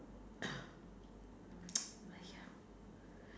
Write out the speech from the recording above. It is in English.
!aiya!